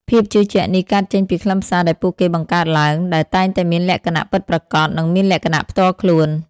ភាពជឿជាក់នេះកើតចេញពីខ្លឹមសារដែលពួកគេបង្កើតឡើង ដែលតែងតែមានលក្ខណៈពិតប្រាកដ និងមានលក្ខណៈផ្ទាល់ខ្លួន។